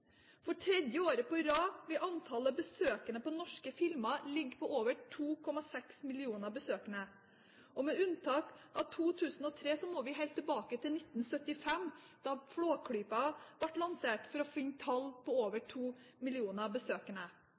For tredje året på rad vil antall besøkende på norske filmer ligge på over 2,6 millioner besøkende. Med unntak av 2003 må vi helt tilbake til 1975, da Flåklypa ble lansert, for å finne over 2 millioner